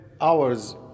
hours